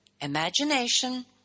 imagination